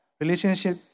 relationship